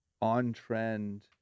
on-trend